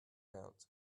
out